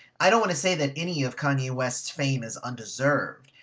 i don't want to say that any of kanye west's fame is undeserved.